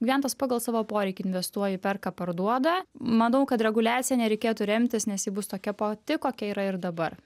gyventojas pagal savo poreikį investuoja perka parduoda manau kad reguliacija nereikėtų remtis nes ji bus tokia pati kokia yra ir dabar